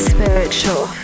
Spiritual